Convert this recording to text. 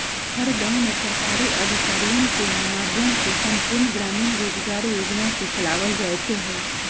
हर गांव में सरकारी अधिकारियन के माध्यम से संपूर्ण ग्रामीण रोजगार योजना के चलावल जयते हई